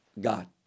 God